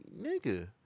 nigga